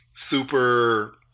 Super